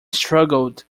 struggled